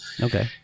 okay